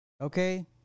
Okay